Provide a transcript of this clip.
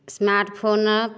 smartphone